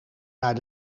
naar